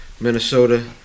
Minnesota